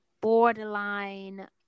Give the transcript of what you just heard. borderline